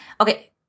Okay